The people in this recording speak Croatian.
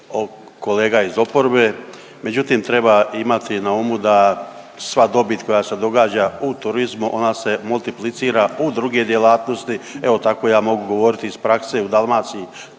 kolega iz oporbe, međutim treba imati na umu da sva dobit koja se događa u turizmu ona se multiplicira u druge djelatnosti. Evo tako ja mogu govoriti iz prakse u Dalmaciji,